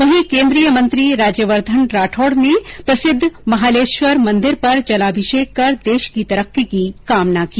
वहीं केन्द्रीय मंत्री राज्यवर्द्वन राठौड ने प्रसिद्व महालेश्वर मंदिर पर जलाभिषेक कर देश की तरक्की की कामना की